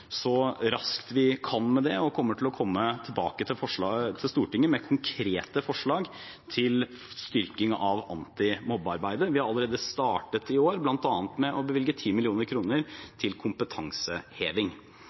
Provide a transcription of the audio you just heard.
så raskt vi kan med det, og kommer til å komme tilbake til Stortinget med konkrete forslag til styrking av antimobbearbeidet. Vi har allerede startet i år, bl.a. med å bevilge